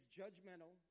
judgmental